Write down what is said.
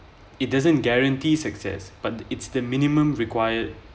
it doesn't guarantee success but it's the minimum required